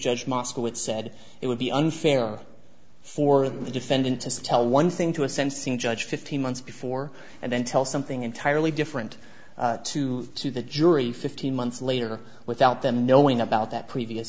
judge moscowitz said it would be unfair for the defendant to tell one thing to a sensing judge fifteen months before and then tell something entirely different to to the jury fifteen months later without them knowing about that previous